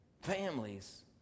Families